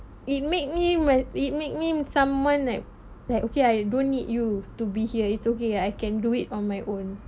it make me when it make me someone like that okay I don't need you to be here it's okay I can do it on my own